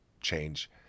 change